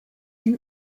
him